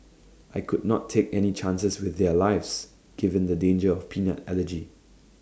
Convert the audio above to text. I could not take any chances with their lives given the danger of peanut allergy